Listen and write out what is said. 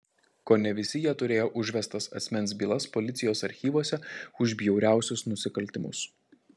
kone visi jie turėjo užvestas asmens bylas policijos archyvuose už bjauriausius nusikaltimus